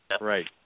Right